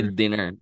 dinner